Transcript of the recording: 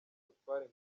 mutware